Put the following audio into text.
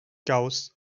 gauss